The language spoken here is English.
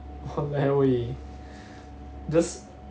!walao! eh just